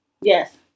Yes